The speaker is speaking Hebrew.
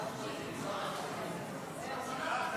חרבות ברזל) (תיקון),